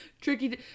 Tricky